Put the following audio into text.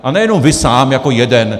A nejenom vy sám jako jeden.